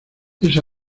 ese